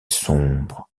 sombre